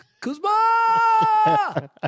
Kuzma